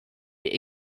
die